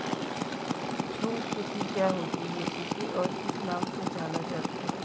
झूम खेती क्या होती है इसे और किस नाम से जाना जाता है?